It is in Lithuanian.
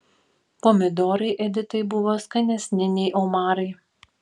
pomidorai editai buvo skanesni nei omarai